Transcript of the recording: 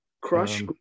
Crush